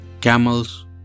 Camels